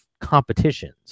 competitions